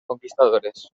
conquistadores